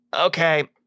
okay